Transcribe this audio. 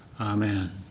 amen